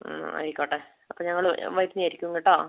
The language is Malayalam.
ആയിക്കോട്ടെ അപ്പം ഞങ്ങൾ വരുന്നയായിരിക്കും കേട്ടോ